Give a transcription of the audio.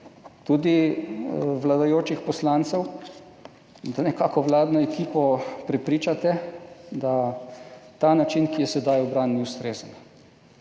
tudi vladajočih poslancev, bi moral biti, da nekako vladno ekipo prepričate, da ta način, ki je sedaj ubran, ni ustrezen.